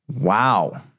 Wow